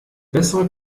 bessere